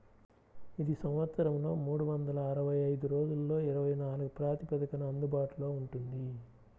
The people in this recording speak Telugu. ఇది సంవత్సరంలో మూడు వందల అరవై ఐదు రోజులలో ఇరవై నాలుగు ప్రాతిపదికన అందుబాటులో ఉంటుంది